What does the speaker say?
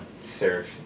serve